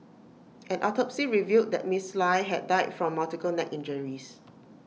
an autopsy revealed that miss lie had died from multiple neck injuries